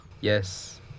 Yes